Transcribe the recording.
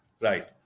Right